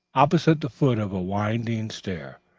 opposite the foot of a winding stair.